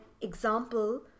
example